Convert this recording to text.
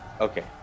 Okay